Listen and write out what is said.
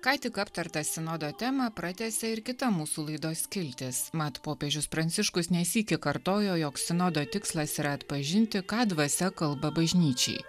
ką tik aptartą sinodo temą pratęsia ir kita mūsų laidos skiltis mat popiežius pranciškus ne sykį kartojo jog sinodo tikslas yra atpažinti ką dvasia kalba bažnyčiai